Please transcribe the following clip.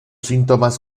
síntomas